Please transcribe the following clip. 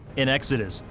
in exodus,